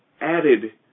added